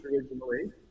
originally